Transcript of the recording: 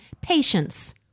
patience